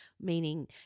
meaning